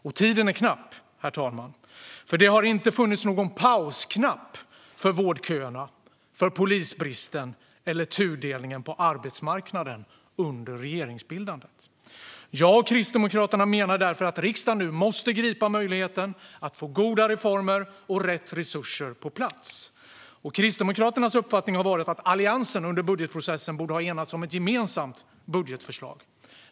Och tiden är knapp, herr talman, för det har inte funnits någon pausknapp för vårdköerna, polisbristen eller tudelningen på arbetsmarknaden under regeringsbildandet. Jag och Kristdemokraterna menar därför att riksdagen nu måste gripa möjligheten att få goda reformer och rätt resurser på plats. Kristdemokraternas uppfattning har varit att Alliansen under budgetprocessen borde ha enats om ett gemensamt budgetförslag.